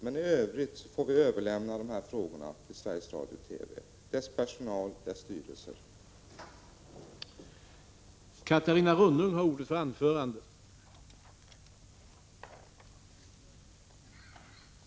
Men i övrigt skall vi överlämna frågorna till Sveriges Radio-koncernen, dess styrelse och personal.